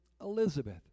Elizabeth